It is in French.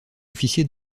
officier